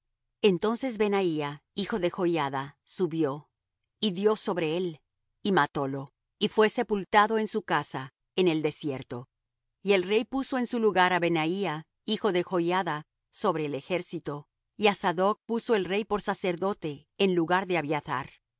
entonces benaía hijo de joiada subió y dió sobre él y matólo y fué sepultado en su casa en el desierto y el rey puso en su lugar á benaía hijo de joiada sobre el ejército y á sadoc puso el rey por sacerdote en lugar de